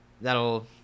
that'll